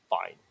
fine